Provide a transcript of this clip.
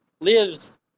lives